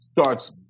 starts